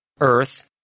earth